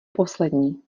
poslední